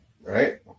right